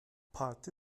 parti